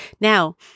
Now